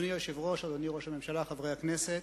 אדוני היושב-ראש, אדוני ראש הממשלה, חברי הכנסת,